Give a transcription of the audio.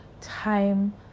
time